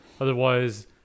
Otherwise